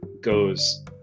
goes